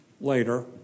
Later